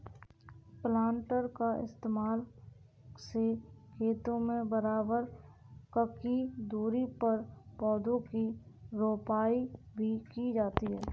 planter का इस्तेमाल से खेतों में बराबर ककी दूरी पर पौधा की रोपाई भी की जाती है